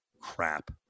crap